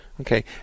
Okay